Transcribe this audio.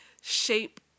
shape